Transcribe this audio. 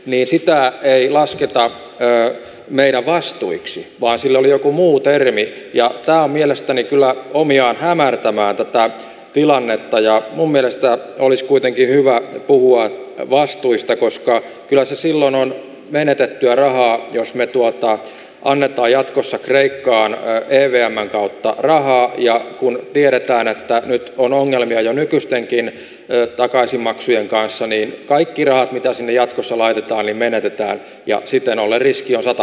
niin sitä ei lasketa meidän vastuu yksin vaan sillä oli joku muu termi jahtaa mielestäni kyllä omiaan hämärtämään tätä tilannetta ja mun mielestä olis kuitenkin hyvä puhua vastuullista koska kyllä se silloin on menetettyä rahaa jos me tuota annettua jatkossa kreikkaan ja leveämmän uutta rahaa ja kun tiedetään että nyt on ongelmia jo nykyistenkin ja takaisinmaksujen kanssa niin kaikki tosin jatkossa laitetaan ja menetetään ja siten ole riski on sata